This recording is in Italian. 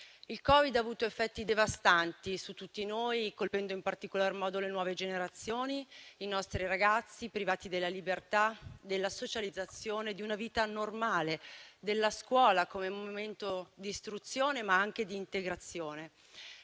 Il Covid ha avuto effetti devastanti su tutti noi, colpendo in particolar modo le nuove generazioni, i nostri ragazzi, privati della libertà, della socializzazione, di una vita normale, della scuola come momento di istruzione, ma anche di integrazione.